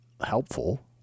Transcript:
helpful